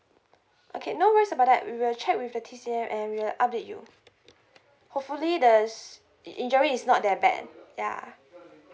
okay no worries about that we will check with the T_C_M and we'll update you hopefully the s~ injury is not that bad ya